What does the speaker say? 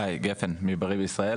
גפן מבריא בישראל.